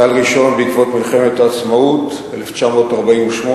גל ראשון בעקבות מלחמת העצמאות, 1948,